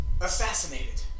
assassinated